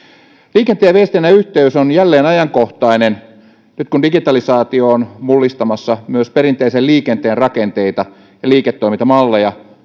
liikenteen ja viestinnän yhteys on jälleen ajankohtainen nyt kun digitalisaatio on mullistamassa myös perinteisen liikenteen rakenteita ja liiketoimintamalleja